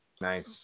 Nice